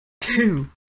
two